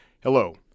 Hello